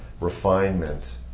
refinement